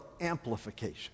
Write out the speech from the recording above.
amplification